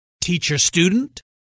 Teacher-student